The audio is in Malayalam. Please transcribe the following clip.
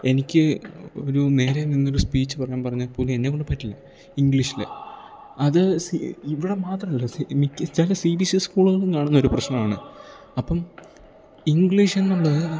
എനിക്ക് ഒരു നേരേ നിന്നൊരു സ്പീച്ച് പറയാൻ പറഞ്ഞാൽ പോലും എന്നേക്കൊണ്ട് പറ്റില്ല ഇംഗ്ലീഷിൽ അത് ഇവിടെ മാത്രമല്ല മിക്ക ചില സീ ബി എസ് സീ സ്കൂളുകളും കാണുന്നൊരു പ്രശ്നമാണ് അപ്പം ഇംഗ്ലീഷെന്നുള്ളത്